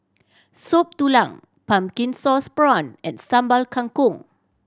Soup Tulang pumpkin sauce prawn and Sambal Kangkong